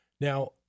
Now